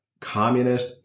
communist